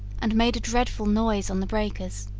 and made a dreadful noise on the breakers,